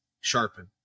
sharpen